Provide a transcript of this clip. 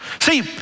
see